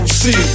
see